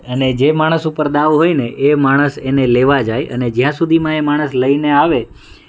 અને જે માણસ ઉપર દાવ હોય ને એ માણસ એને લેવા જાય અને જ્યાં સુધીમાં એ માણસ લઈને આવે